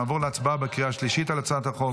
נעבור להצבעה בקריאה השלישית על הצעת החוק.